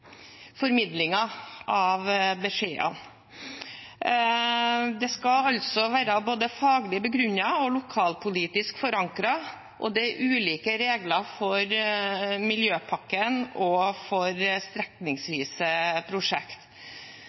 av beskjedene. Det skal være både faglig begrunnet og lokalpolitisk forankret, og det er ulike regler for Miljøpakken og for strekningsvise